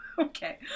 Okay